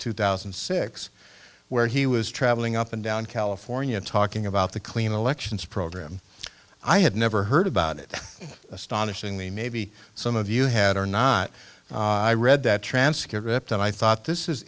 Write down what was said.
two thousand and six where he was traveling up and down california talking about the clean elections program i had never heard about it astonishingly maybe some of you had or not i read that transcript and i thought this is